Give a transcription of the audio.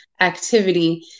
activity